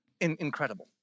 incredible